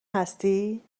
هستی